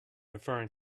referring